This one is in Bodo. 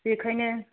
बेखायनो